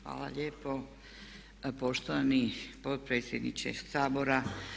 Hvala lijepo poštovani potpredsjedniče Sabora.